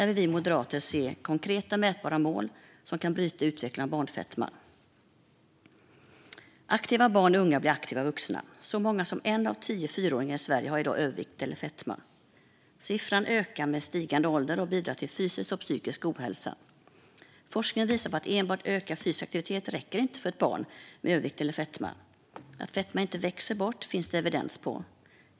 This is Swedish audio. Vi moderater vill se konkreta, mätbara mål som kan bryta utvecklingen när det gäller barnfetma. Aktiva barn och unga blir aktiva vuxna. Så många som en av tio fyraåringar i Sverige har i dag övervikt eller fetma. Siffran ökar med stigande ålder och bidrar till fysisk och psykisk ohälsa. Forskning visar på att enbart ökad fysisk aktivitet inte räcker för ett barn med övervikt eller fetma. Att fetma inte växer bort finns det evidens för.